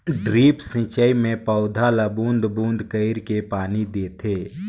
drip सिंचई मे पउधा ल बूंद बूंद कईर के पानी देथे